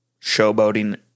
showboating